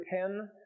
ten